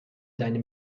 deine